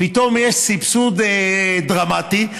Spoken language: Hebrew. פתאום יש סבסוד דרמטי.